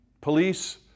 Police